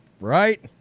right